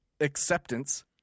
acceptance